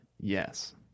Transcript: Yes